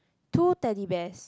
two Teddy Bears